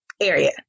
area